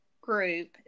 group